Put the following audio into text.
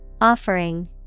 Offering